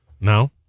No